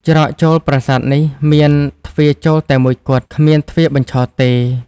ច្រកចូលប្រាសាទនេះមានទ្វារចូលតែមួយគត់ គ្មានទ្វារបញ្ឆោតទេ។